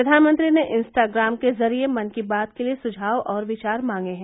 प्रधानमंत्री ने इंस्टाग्राम के जरिये मन की बात के लिए सुझाव और विचार मांगे हैं